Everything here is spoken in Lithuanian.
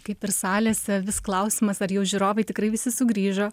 kaip ir salėse vis klausimas ar jau žiūrovai tikrai visi sugrįžo